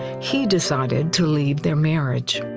she decided to leave their marriage.